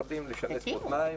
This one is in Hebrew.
יכולים לשנס מותניים